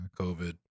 COVID